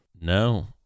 No